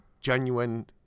genuine